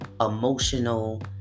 emotional